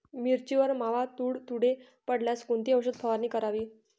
मिरचीवर मावा, तुडतुडे पडल्यास कोणती औषध फवारणी करावी?